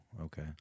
okay